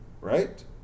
Right